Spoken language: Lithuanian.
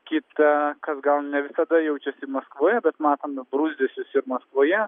kita kas gal ne visada jaučiasi maskvoje bet matome bruzdesius ir maskvoje